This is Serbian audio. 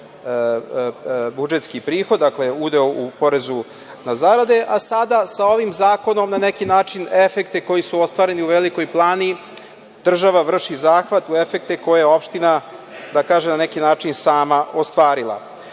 budžetski prihod. Dakle, udeo u porezu na zarade. Sada sa ovim zakonom na neki način efekte koji su ostvareni u Velikoj Plani, dakle, država vrši zahvat u efekte koje je opština, da tako kažem, na neki način sama ostvarila.